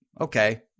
okay